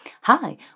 hi